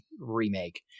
remake